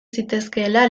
zitezkeela